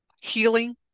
healing